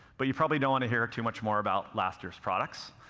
but you probably don't wanna hear too much more about last year's products,